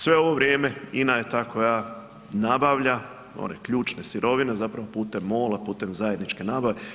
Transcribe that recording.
Sve ovo vrijeme INA je ta koja nabavlja one ključne sirovine putem MOL-a, putem zajedničke nabave.